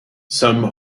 some